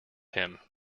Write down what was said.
him